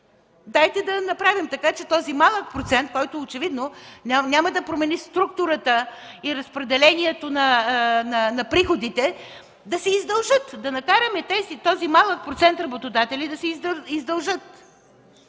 Дайте да направим така, че този малък процент, който очевидно няма да промени структурата и разпределението на приходите, да накараме този малък процент работодатели да се издължат.